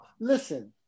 listen